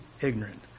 ignorant